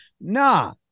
nah